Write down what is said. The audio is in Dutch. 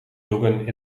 joggen